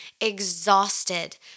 exhausted